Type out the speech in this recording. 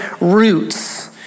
roots